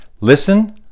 listen